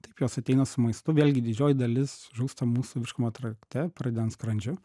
taip jos ateina su maistu vėlgi didžioji dalis žūsta mūsų virškimo trakte pradedant skrandžiu